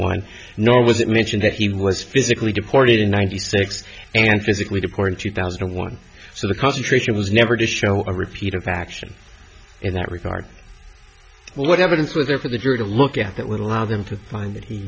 one nor was it mentioned that he was physically deported in ninety six and physically the court in two thousand and one so the concentration was never to show a repeat of action in that regard what evidence was there for the drew to look at that would allow them to find